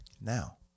Now